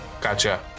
Gotcha